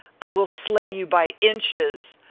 i will slay you by inches.